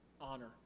honor